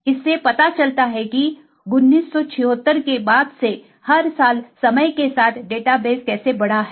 इससे पता चलता है कि 1976 के बाद से हर साल समय के साथ डाटा बेस कैसे बढ़ा है